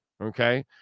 Okay